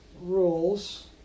rules